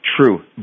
True